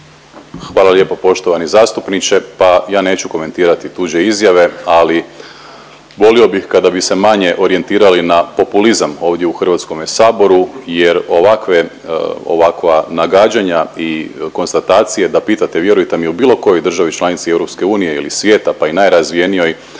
Hvala lijepo poštovani zastupniče, pa ja neću komentirati tuđe izjave, ali volio bih kada bi se manje orijentirali na populizam ovdje u Hrvatskome saboru jer ovakve, ovakva nagađanja i konstatacije da pitate vjerujte mi u bilo kojoj državi članici EU ili svijeta pa i najrazvijenijoj